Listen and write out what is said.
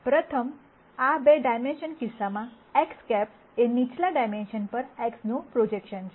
પ્રથમ આ 2 ડાયમેન્શન કિસ્સામાં X̂ એ નીચલા ડાયમેન્શન પર X નું પ્રોજેકશન છે